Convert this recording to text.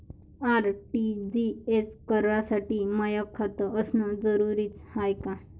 RTGS करासाठी माय खात असनं जरुरीच हाय का?